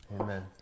Amen